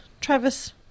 Travis